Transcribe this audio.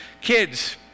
Kids